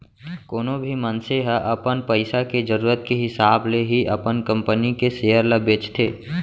कोनो भी मनसे ह अपन पइसा के जरूरत के हिसाब ले ही अपन कंपनी के सेयर ल बेचथे